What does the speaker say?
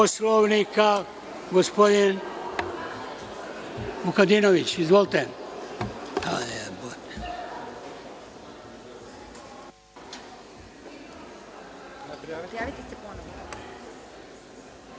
Poslovnika, gospodin Vukadinović, izvolite.